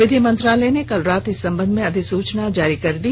विधि मन्त्रालय ने कल रात इस संबंध में अधिसूचना जारी कर दी